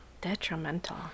detrimental